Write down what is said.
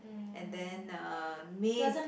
and then uh made